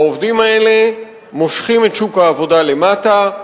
העובדים האלה מושכים את שוק העבודה למטה,